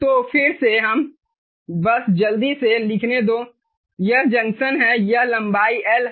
तो फिर से मुझे बस जल्दी से लिखने दो यह जंक्शन है यह लंबाई L है